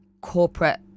corporate